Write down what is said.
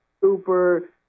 super